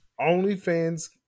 OnlyFans